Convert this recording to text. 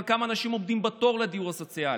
כמה אנשים עומדים בתור לדיור הסוציאלי.